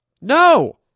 No